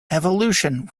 evolution